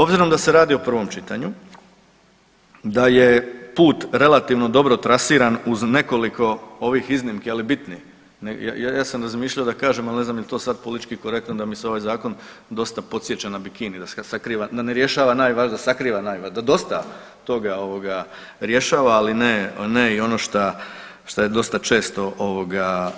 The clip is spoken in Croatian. Obzirom da se radi o prvom čitanju, da je put relativno dobro trasiran uz nekoliko ovih iznimki, ali bitnih, ja sam razmišljao da kažem, al ne znam jel to sad politički korektno da me ovaj zakon dosta podsjeća na bikini, da sakriva, da ne rješava najvažnije, da sakriva najvažnije, da dosta toga ovoga rješava, ali ne, ne i ono šta, šta je dosta često ovoga